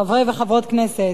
חברי וחברות הכנסת,